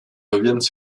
reviennent